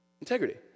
Integrity